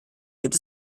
gibt